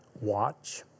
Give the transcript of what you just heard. watch